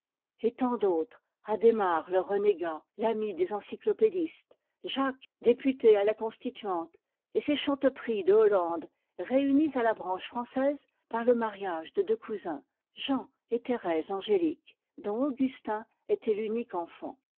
et tant d'autres adhémar le renégat l'ami des encyclopédistes jacques député à la constituante et ces chanteprie de hollande réunis à la branche française par le mariage de deux cousins jean et thérèse angélique dont augustin était l'unique enfant